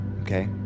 Okay